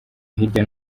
hirya